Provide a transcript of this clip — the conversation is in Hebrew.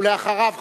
ואחריו,